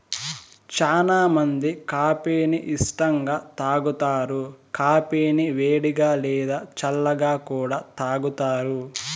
చానా మంది కాఫీ ని ఇష్టంగా తాగుతారు, కాఫీని వేడిగా, లేదా చల్లగా కూడా తాగుతారు